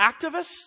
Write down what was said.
activists